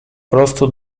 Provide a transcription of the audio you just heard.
prostu